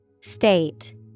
State